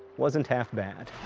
wasn't half-bad.